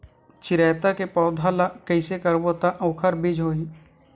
चिरैता के पौधा ल कइसे करबो त ओखर बीज होई?